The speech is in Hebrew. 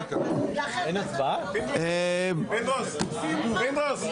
ולכן בעינינו בוודאי שימוש בחוק הזה לצורך